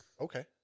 okay